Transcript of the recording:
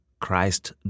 Christ